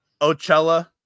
Ocella